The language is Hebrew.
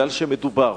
מכיוון שמדובר